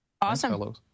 Awesome